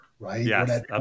Right